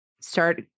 start